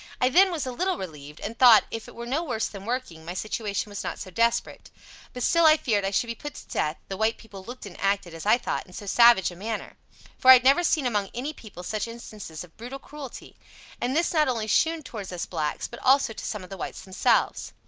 i then was a little revived, and thought, if it were no worse than working, my situation was not so desperate but still i feared i should be put to death, the white people looked and acted, as i thought, in and so savage a manner for i had never seen among any people such instances of brutal cruelty and this not only shewn towards us blacks, but also to some of the whites themselves.